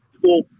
school